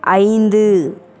ஐந்து